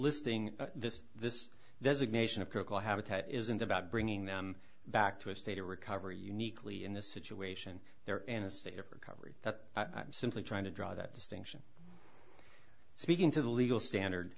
habitat isn't about bringing them back to a state of recovery uniquely in this situation they're in a state of recovery that i'm simply trying to draw that distinction speaking to the legal standard